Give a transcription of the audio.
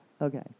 Okay